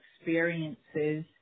experiences